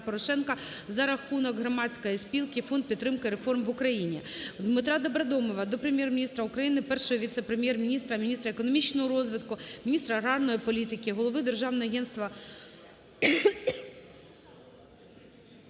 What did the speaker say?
за рахунок громадської спілки "Фонд підтримки реформ в Україні". Дмитра Добродомова до Прем'єр-міністра України, Першого віце-прем'єр-міністра – міністра економічного розвитку, міністра аграрної політики, голови Державного агентства